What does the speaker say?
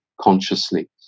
consciously